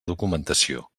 documentació